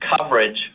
coverage